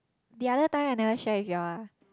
the other time I never share with you all ah